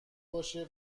باشه